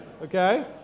okay